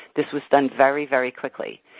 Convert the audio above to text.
this was done very, very quickly.